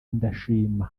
indashima